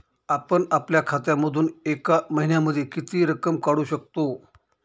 आपण आपल्या खात्यामधून एका महिन्यामधे किती रक्कम काढू शकतो?